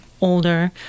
older